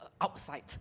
outside